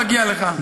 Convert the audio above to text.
זה מגיע לך.